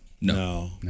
No